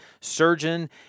surgeon